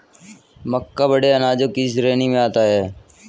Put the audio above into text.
मक्का बड़े अनाजों की श्रेणी में आता है